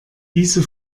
diese